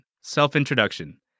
Self-Introduction